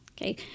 Okay